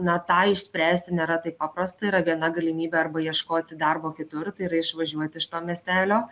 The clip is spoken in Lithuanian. na tą išspręsti nėra taip paprasta yra viena galimybė arba ieškoti darbo kitur tai yra išvažiuot iš to miestelio